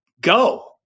go